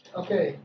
okay